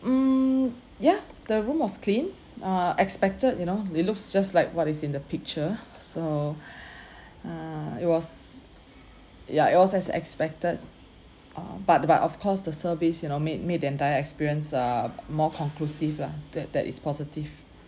mm ya the room was clean uh expected you know it looks just like what is in the picture so err it was ya it was as expected uh but but of course the service you know made made the entire experience err more conclusive lah that that is positive